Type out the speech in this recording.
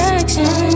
action